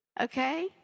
Okay